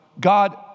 God